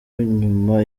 nyuma